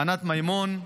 ענת מימון,